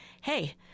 hey